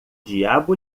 diabo